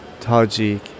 Tajik